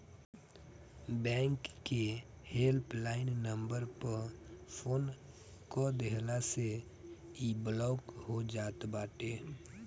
bank के help line number पअ phone कअ देहला से इ ब्लाक हो जात बाटे